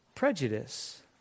Prejudice